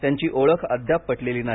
त्यांची ओळख अद्याप पटलेली नाही